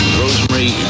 rosemary